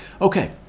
Okay